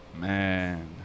man